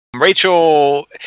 rachel